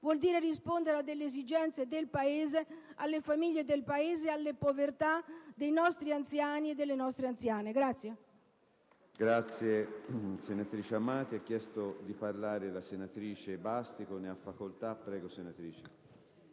vuol dire rispondere ad esigenze del Paese, alle famiglie del Paese, alle povertà dei nostri anziani e anziane.